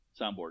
soundboard